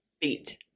Beat